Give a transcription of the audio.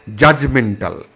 judgmental